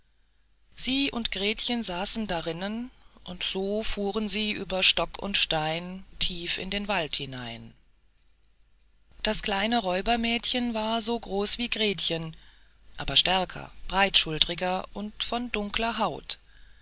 sie und gretchen saßen darinnen und so fuhren sie über stock und stein tiefer in den wald hinein das kleine räubermädchen war so groß wie gretchen aber stärker breitschultriger und von dunkler haut